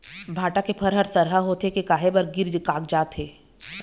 भांटा के फर हर सरहा होथे के काहे बर गिर कागजात हे?